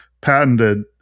patented